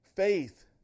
Faith